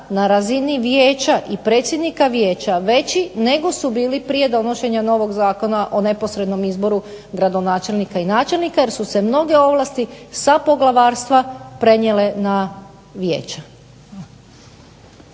na razini Vijeća i predsjednika Vijeća veći nego su bili prije donošenja novog Zakona o neposrednom izboru gradonačelnika i načelnika jer su se mnoge ovlasti sa poglavarstva prenijele na vijeća.